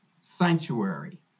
sanctuary